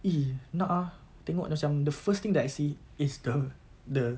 !ee! nak ah tengok macam the first thing I see is the the